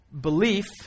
belief